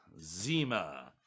Zima